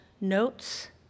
notes